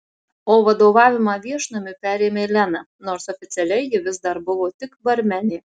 o vadovavimą viešnamiui perėmė lena nors oficialiai ji vis dar buvo tik barmenė